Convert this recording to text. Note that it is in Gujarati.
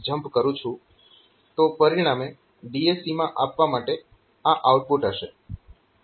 તો પરિણામે DAC માં આપવા માટે આ આઉટપુટ હશે